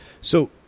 So-